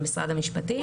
אל משרד המשפטים.